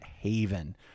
haven